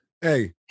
Hey